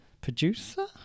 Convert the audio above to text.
producer